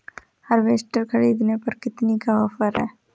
Harvester ख़रीदने पर कितनी का ऑफर है?